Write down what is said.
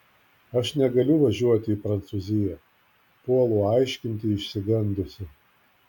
aš negaliu važiuoti į prancūziją puolu aiškinti išsigandusi